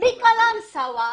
בקלנסואה,